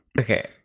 okay